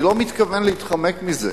אני לא מתכוון להתחמק מזה.